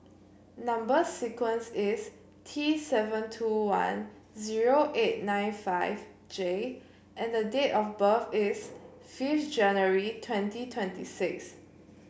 number sequence is T seven two one zero eight nine five J and the date of birth is fifth January twenty twenty six